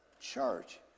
church